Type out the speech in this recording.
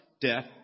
death